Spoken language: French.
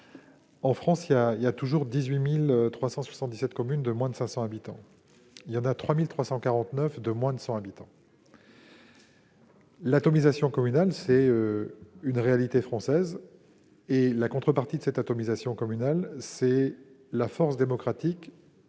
la France comporte toujours 18 377 communes de moins de 500 habitants et 3 349 communes de moins de 100 habitants. L'atomisation communale est une réalité française. La contrepartie de cette atomisation, c'est la force démocratique